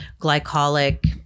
glycolic